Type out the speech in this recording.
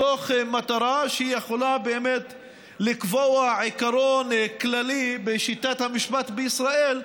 מתוך מטרה שיכולים באמת לקבוע עיקרון כללי בשיטת המשפט בישראל,